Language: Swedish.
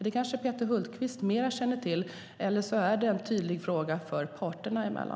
Det kanske Peter Hultqvist känner till mer, eller så är det en tydlig fråga för parterna.